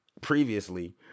previously